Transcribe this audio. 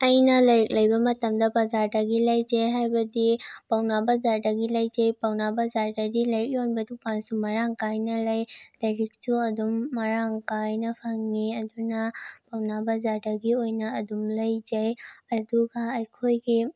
ꯑꯩꯅ ꯂꯥꯏꯔꯤꯛ ꯂꯩꯕ ꯃꯇꯝꯗ ꯕꯖꯥꯔꯗꯒꯤ ꯂꯩꯖꯩ ꯍꯥꯏꯕꯗꯤ ꯄꯧꯅꯥ ꯕꯖꯥꯔꯗꯒꯤ ꯂꯩꯖꯩ ꯄꯧꯅꯥ ꯕꯖꯥꯔꯗꯗꯤ ꯂꯥꯏꯔꯤꯛ ꯌꯣꯟꯕ ꯗꯨꯀꯥꯟꯁꯨ ꯃꯔꯥꯡ ꯀꯥꯏꯅ ꯂꯩ ꯂꯥꯏꯔꯤꯛꯁꯨ ꯑꯗꯨꯝ ꯃꯔꯥꯡ ꯀꯥꯏꯅ ꯐꯪꯉꯤ ꯑꯗꯨꯅ ꯄꯧꯅꯥ ꯕꯖꯥꯔꯗꯒꯤ ꯑꯣꯏꯅ ꯑꯗꯨꯝ ꯂꯩꯖꯩ ꯑꯗꯨꯒ ꯑꯩꯈꯣꯏꯒꯤ